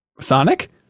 Sonic